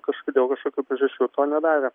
kažkodėl kažkokių priežasčių to nedarė